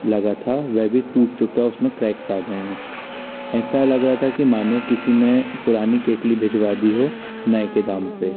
लगा था वह भी टूट चुका उसमें क्रैक्स आ गए हैं ऐसा लग रहा था कि मानो किसी ने पुरानी केतली भिजवा दी हो नए के दाम पर